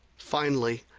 finally,